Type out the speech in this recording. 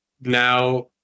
now